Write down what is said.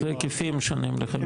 זה היקפים שונים לחלוטין.